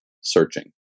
searching